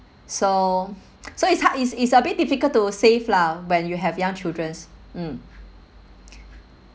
so so it's hard it's it's a bit difficult to save lah when you have young children mm